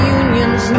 unions